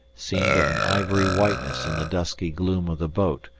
seemed of an ivory whiteness in the dusky gloom of the boat,